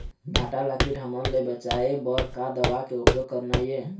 भांटा ला कीट हमन ले बचाए बर का दवा के उपयोग करना ये?